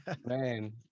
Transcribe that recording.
man